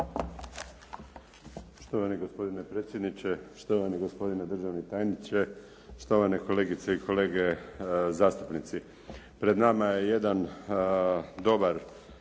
Štovani gospodine predsjedniče, štovani gospodine državni tajniče, štovane kolegice i kolege zastupnici. Pred nama je jedan dobar